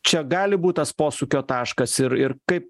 čia gali būt tas posūkio taškas ir ir kaip